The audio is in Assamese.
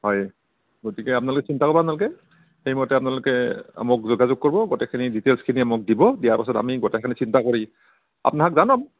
হয় গতিকে আপোনালোকে চিন্তা কৰিব নালগে সেইমতে আপোনালোকে মোক যোগাযোগ কৰিব গোটেইখিনি ডিটেইলছখিনি মোক দিব দিয়াৰ পিছত আমি গোটেইখিনি চিন্তা কৰি আপোনাক জনাম